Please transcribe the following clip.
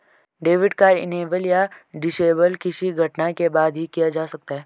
debit card enable या disable किसी घटना के बाद ही किया जा सकता है